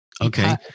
Okay